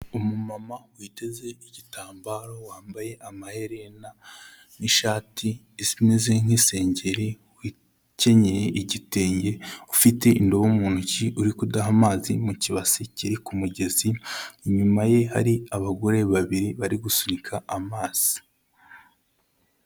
Umumama witeze igitambaro wambaye amaherena n'ishati imeze nk'isengeri wikenyeye igitenge, ufite indobo mu ntoki uri kudaha amazi mu kibasi kiri ku mugezi, inyuma ye hari abagore babiri bari gusunirika amazi.